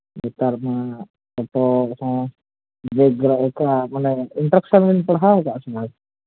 ᱱᱮᱛᱟᱨ ᱢᱟ ᱢᱟᱱᱮ ᱤᱱᱴᱨᱟᱱᱥ ᱠᱚᱦᱚᱸ ᱵᱮᱱ ᱯᱟᱲᱦᱟᱣ ᱟᱠᱟᱫᱟ ᱥᱮ ᱵᱟᱝ